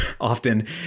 often